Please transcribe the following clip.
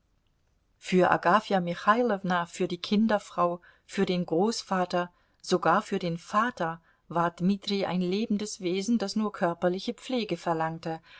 für agafja michailowna für die kinderfrau für den großvater sogar für den vater war dmitri ein lebendes wesen das nur körperliche pflege verlangte